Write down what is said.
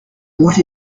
what